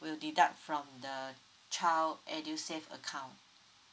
will deduct from the child edusave account